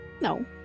no